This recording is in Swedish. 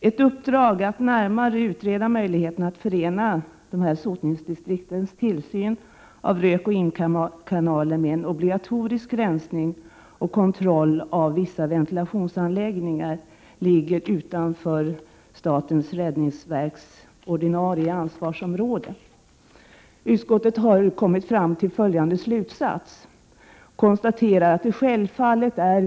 Ett uppdrag att närmare utreda möjligheten att förena sotningsdistriktens tillsyn av rökoch imkanaler med en obligatorisk rensning och kontroll av vissa ventilationsanläggningar ligger utanför statens räddningsverks ordinarie ansvarsområde. Utskottet konstaterar att det självfallet är viktigt, och det sade också Paul Prot.